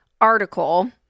article